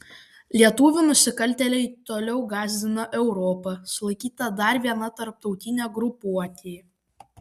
lietuvių nusikaltėliai toliau gąsdina europą sulaikyta dar viena tarptautinė grupuotė